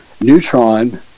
neutron